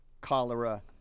Cholera